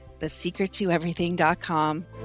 thesecrettoeverything.com